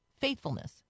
faithfulness